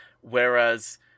Whereas